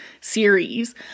series